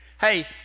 hey